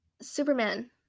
Superman